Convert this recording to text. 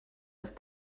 ist